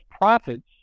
profits